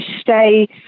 stay